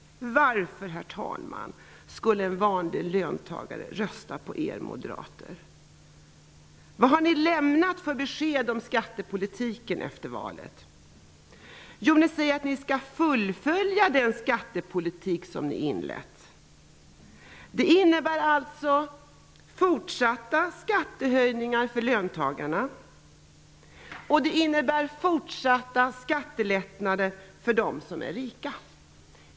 Men varför, herr talman, skulle en vanlig löntagare rösta på Moderaterna? Vad har ni moderater lämnat för besked om skattepolitiken efter valet? Ni säger att den skattepolitik som inletts skall fullföljas. Det innebär alltså fortsatta skattehöjningar för löntagarna. Det innebär också fortsatta skattelättnader för dem som är rika.